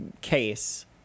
case